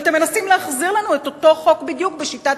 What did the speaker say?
אתם מנסים להחזיר לנו את אותו חוק בדיוק בשיטת